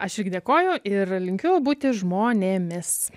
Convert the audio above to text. aš irgi dėkoju ir linkiu būti žmonėmis